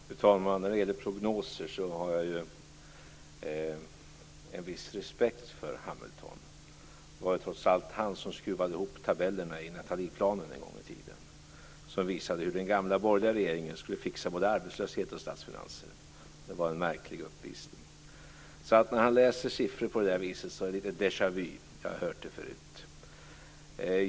Fru talman! När det gäller prognoser har jag en viss respekt för Hamilton. Det var trots allt han som en gång i tiden "skruvade ihop" tabellerna i Natalieplanen, som visade hur den gamla borgerliga regeringen skulle fixa både arbetslöshet och statsfinanser. Det var en märklig uppvisning. När han läser siffror på det där viset får jag alltså en deja vu-känsla - jag har hört det förut.